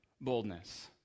boldness